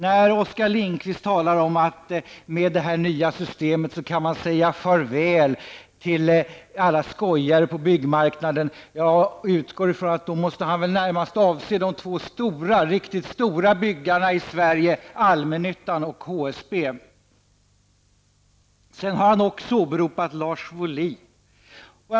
När Oskar Lindkvist talar om att man kan säga farväl till alla skojare på byggmarknaden med det här nya systemet, utgår jag i från att han närmast måste avse det två stora, riktigt stora, byggarna i Sedan har han också åberopat Lars Wohlin.